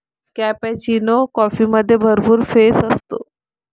cappuccino कॉफीमध्ये भरपूर फेस असतो